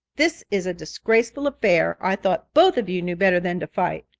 this is a disgraceful affair. i thought both of you knew better than to fight.